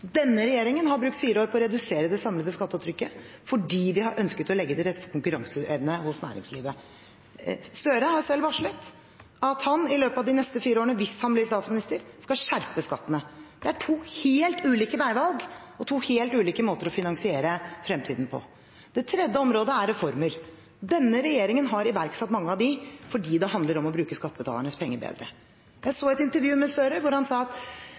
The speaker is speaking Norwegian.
Denne regjeringen har brukt fire år på å redusere det samlede skattetrykket, fordi vi har ønsket å legge til rette for konkurranseevne hos næringslivet. Gahr Støre har selv varslet at han i løpet av de neste fire årene – hvis han blir statsminister – skal skjerpe skattene. Det er to helt ulike veivalg og to helt ulike måter å finansiere fremtiden på. Det tredje området er reformer. Denne regjeringen har iverksatt mange av dem, fordi det handler om å bruke skattebetalernes penger bedre. Jeg så et intervju med Gahr Støre hvor han sa at